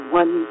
one